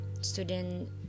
student